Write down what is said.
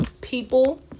people